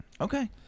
Okay